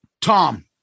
Tom